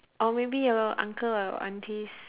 or maybe your uncle or aunties